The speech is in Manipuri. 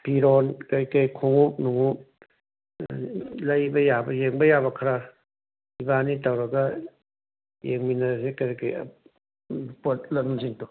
ꯐꯤꯔꯣꯜ ꯀꯩꯀꯩ ꯈꯣꯉꯨꯞ ꯅꯨꯉꯨꯞ ꯂꯩꯕ ꯌꯥꯕ ꯌꯦꯡꯕ ꯌꯥꯕ ꯈꯔ ꯏꯕꯥꯏꯅꯤ ꯇꯧꯔꯒ ꯌꯦꯡꯃꯤꯅꯔꯁꯦ ꯀꯔꯤ ꯀꯔꯤ ꯄꯣꯠꯂꯝꯁꯤꯡꯗꯣ